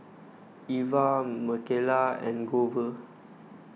Ivah Michaela and Grover